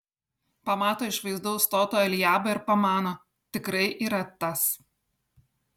pamato išvaizdaus stoto eliabą ir pamano tikrai yra tas